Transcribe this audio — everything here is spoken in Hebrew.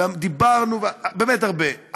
דיברנו באמת הרבה,